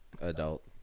adult